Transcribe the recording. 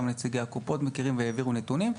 גם נציגי הקופות מכירים והעבירו נתונים.